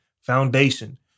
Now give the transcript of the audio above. foundation